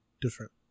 Different